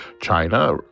China